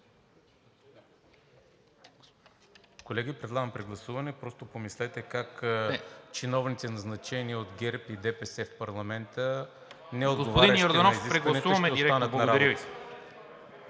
Колеги, предлагам прегласуване. Просто помислете как чиновници, назначени от ГЕРБ и ДПС в парламента, неотговарящи на изискванията, ще останат на работа.